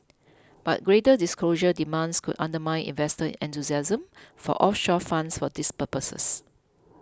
but greater disclosure demands could undermine investor enthusiasm for offshore funds for these purposes